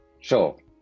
Sure